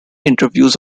interviews